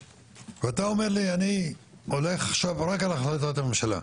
ואתה אומר לי אני הולך עכשיו רק על החלטת הממשלה.